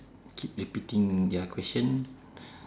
keep repeating their question